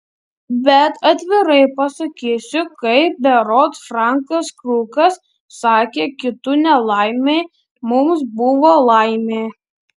bet atvirai pasakysiu kaip berods frankas krukas sakė kitų nelaimė mums buvo laimė